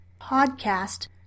podcast